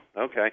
Okay